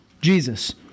Jesus